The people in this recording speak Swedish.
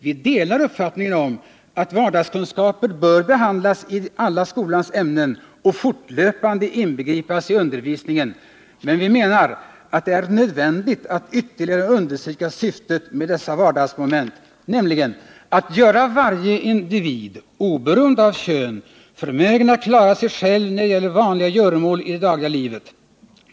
Vi delar uppfattningen att vardagskunskaper bör behandlas i alla skolans ämnen och fortlöpande inbegripas i undervisningen, men vi menar att det är nödvändigt att ytterligare understryka syftet med dessa vardagsmoment, nämligen att göra varje individ, oberoende av kön, förmögen att klara sig själv när det gäller vanliga göromål i det dagliga livet.